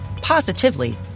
positively